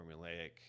formulaic